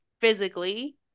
physically